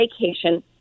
vacation